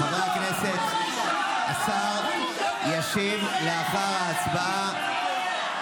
הכנסת, השר ישיב לאחר ההצבעה.